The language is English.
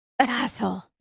Asshole